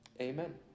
Amen